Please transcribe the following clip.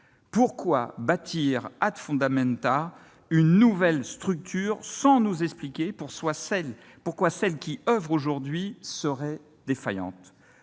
Pourquoi bâtir une nouvelle structure sans nous expliquer pourquoi celles qui oeuvrent aujourd'hui seraient défaillantes ?